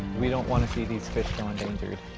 we don't want to see these fish go endangered,